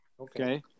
Okay